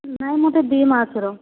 ନାହିଁ ମୋତେ ଦୁଇ ମାସର